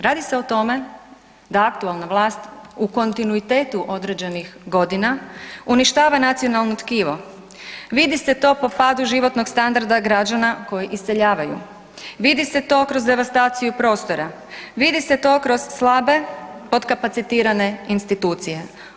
Radi se o tome da aktualna vlast u kontinuitetu određenih godina uništava nacionalno tkivo, vidi se to padu životnog standarda građana koji iseljavaju, vidi se to kroz devastaciju prostora, vidi se to kroz slabe potkapacitirane institucije.